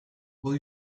will